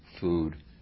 food